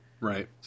Right